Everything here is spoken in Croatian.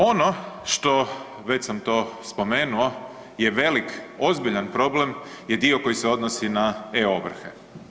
Ono što već sam to spomenuo je velik, ozbiljan problem je dio koji se odnosi na e-ovrhe.